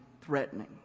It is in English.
threatening